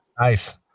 Nice